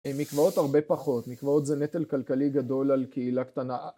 מקוואות הרבה פחות, מקוואות זה נטל כלכלי גדול על קהילה קטנה